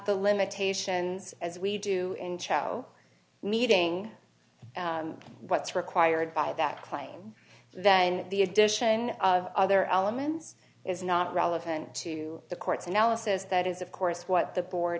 the limitations as we do in chalo meeting what's required by that claim that and the addition of other elements is not relevant to the court's analysis that is of course what the board